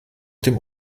dem